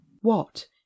What